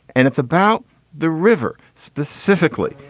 and it's about the river specifically.